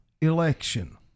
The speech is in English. election